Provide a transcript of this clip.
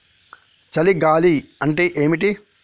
చలి గాలి అంటే ఏమిటి?